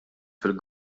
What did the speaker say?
fil